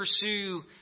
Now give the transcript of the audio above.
pursue